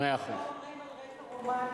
לפחות לא אומרים "על רקע רומנטי".